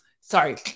Sorry